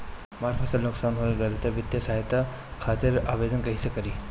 हमार फसल नुकसान हो गईल बा वित्तिय सहायता खातिर आवेदन कइसे करी?